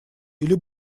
или